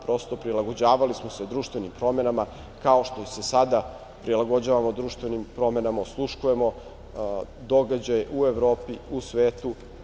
Prosto, prilagođavali smo se društvenim promenama, kao što se sada prilagođavamo društvenim promena, osluškujemo događaje u Evropi, u svetu.